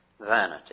vanity